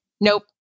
nope